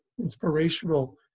inspirational